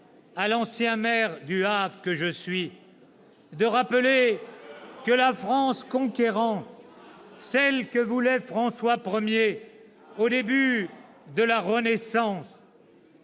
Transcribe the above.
à l'ancien maire du Havre que je suis de rappeler que la France conquérante, celle que voulait François I au début de la Renaissance,